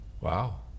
Wow